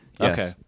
Okay